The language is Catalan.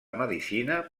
medicina